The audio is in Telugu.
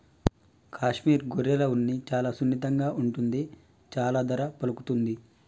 కాశ్మీర్ గొర్రెల ఉన్ని చాలా సున్నితంగా ఉంటుంది చాలా ధర పలుకుతుంది